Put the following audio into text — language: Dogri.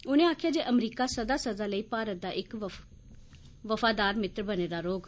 उनें आक्खेआ जे अमरीका सदा लेई भारत दा इक वफादार मित्र बने दा रौह्ग